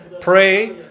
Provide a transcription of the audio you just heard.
pray